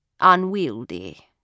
unwieldy